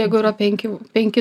jeigu yra penki penki